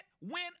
win